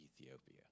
ethiopia